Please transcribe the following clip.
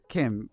Kim